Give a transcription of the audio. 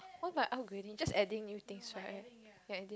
what if I aren't greedy just adding new things right okay